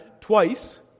twice